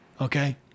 okay